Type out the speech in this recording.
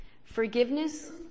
Forgiveness